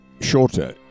shorter